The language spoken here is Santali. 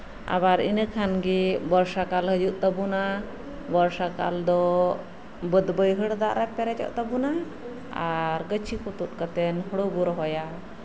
ᱟᱵᱟᱨ ᱤᱱᱟᱹ ᱠᱷᱟᱱᱜᱮ ᱵᱚᱨᱥᱟᱠᱟᱞ ᱦᱤᱡᱩᱜ ᱛᱟᱵᱳᱱᱟ ᱵᱚᱨᱥᱟ ᱠᱟᱞ ᱫᱚ ᱵᱟᱹᱫ ᱵᱟᱹᱭᱦᱟᱹᱲ ᱫᱟᱜᱛᱮ ᱯᱮᱨᱮᱡᱚᱜ ᱛᱟᱵᱳᱱᱟ ᱟᱨ ᱜᱟᱹᱪᱷᱤ ᱠᱚ ᱛᱩᱫ ᱠᱟᱛᱮᱜ ᱦᱩᱲᱩ ᱵᱚ ᱨᱚᱦᱚᱭᱟ